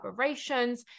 collaborations